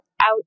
out